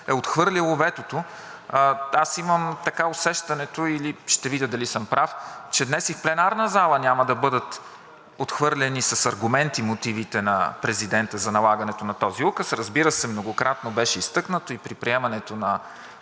е отхвърлила ветото, аз имам усещането или ще видя дали съм прав, че днес и в пленарна зала няма да бъдат отхвърлени с аргументи мотивите на Президента за налагането на този указ. Разбира се, многократно беше изтъкнато и при приемането на